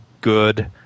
good